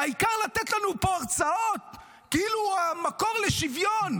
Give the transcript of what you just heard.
העיקר לתת לנו פה הרצאות כאילו הוא המקור לשוויון,